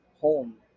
home